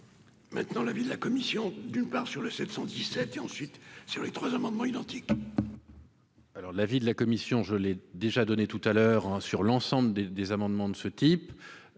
Maintenant la ville, la commission d'une part sur le 717 et ensuite sur les trois amendements identiques. Alors l'avis de la commission, je l'ai déjà donné tout à l'heure sur l'ensemble des des amendements de ce type,